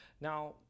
now